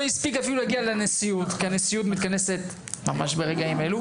הספיק להגיע לנשיאות כי הנשיאות מתקיימת ממש ברגעים אלה.